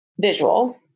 visual